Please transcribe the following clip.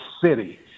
city